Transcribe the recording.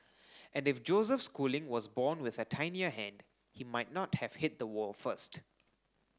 and if Joseph Schooling was born with a tinier hand he might not have hit the wall first